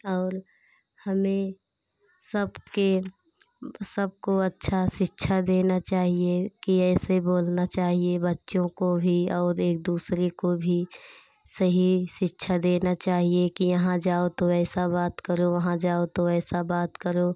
और हमें सबके सबको अच्छा शिक्षा देना चाहिए कि ऐसे बोलना चाहिए बच्चों को भी और एक दूसरे को भी सही शिक्षा देना चाहिए कि यहाँ जाओ तो ऐसा बात करो वहाँ जाओ तो ऐसा बात करो